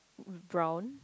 brown